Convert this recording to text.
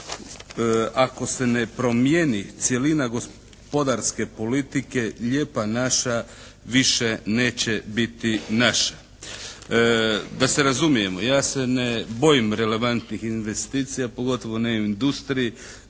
Ako se ne promijeni cjelina gospodarske politike, lijepa naša više neće biti naša. Da se razumijemo, ja se ne bojim relevantnih investicija, pogotovo ne u industriji,